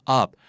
up